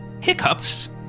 hiccups